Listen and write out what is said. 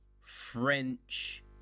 French